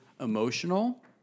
emotional